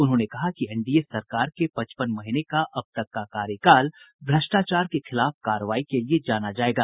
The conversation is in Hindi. उन्होंने कहा कि एनडीए सरकार के पचपन महीने का अब तक का कार्यकाल भ्रष्टाचार के खिलाफ कार्रवाई के लिए जाना जायेगा